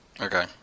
Okay